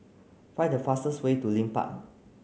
find the fastest way to Leith Park